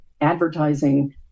advertising